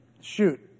Shoot